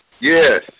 Yes